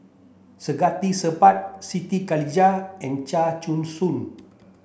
Saktiandi Supaat Siti Khalijah and Chia Choo Suan